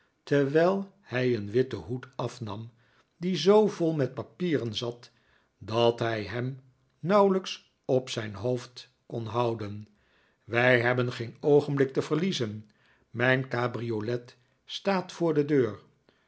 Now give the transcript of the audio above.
terwijl hij een witten hoed afnam die zoo vol met papieren zat dat hij hem nauwelijks op zijn hoofd kon houden wij hebben geen oogenblik te verliezen mijn cabriolet staat voor de deur